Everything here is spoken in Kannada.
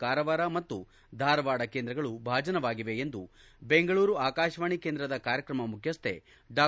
ಕಾರವಾರ ಮತ್ತು ಧಾರವಾಡ ಆಕಾಶವಾಣಿ ಕೇಂದ್ರಗಳು ಭಾಜನವಾಗಿವೆ ಎಂದು ಬೆಂಗಳೂರು ಆಕಾಶವಾಣಿ ಕೇಂದ್ರದ ಕಾರ್ಯಕ್ರಮ ಮುಖ್ಯಸ್ಥೆ ಡಾ